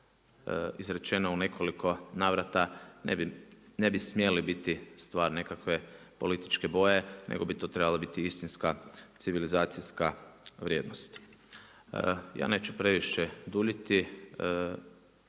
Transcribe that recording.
izrečeno u nekoliko navrata ne bi smijale biti stvar nekakve političke boje, nego bi to trebala biti istinska civilizacijska vrijednost. Ja neću previše duljiti,